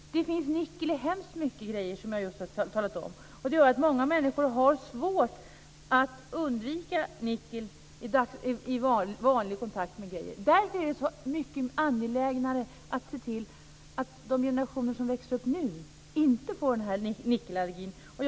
Det finns nickel i hemskt många grejer, som jag nyss sade. Det gör att många människor har svårt att undvika nickel i den vanliga kontakten med grejer. Därför är det så mycket angelägnare att se till att de generationer som nu växer upp inte får sådan här nickelallergi.